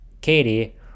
Katie